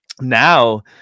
now